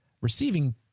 receiving